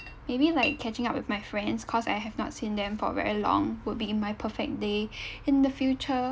maybe like catching up with my friends cause I have not seen them for very long would be in my perfect day in the future